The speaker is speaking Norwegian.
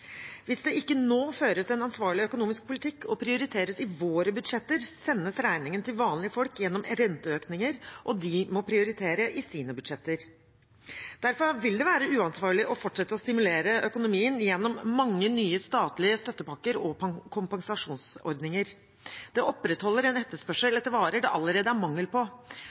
Hvis det ikke nå føres en ansvarlig økonomisk politikk og det prioriteres i våre budsjetter, sendes regningen til vanlige folk gjennom renteøkninger, og de må prioritere i sine budsjetter. Derfor vil det være uansvarlig å fortsette å stimulere økonomien gjennom mange nye statlige støttepakker og kompensasjonsordninger. Det opprettholder en etterspørsel etter varer det allerede er mangel på.